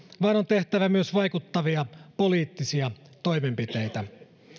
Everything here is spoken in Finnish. vaan on tehtävä myös vaikuttavia poliittisia toimenpiteitä